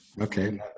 Okay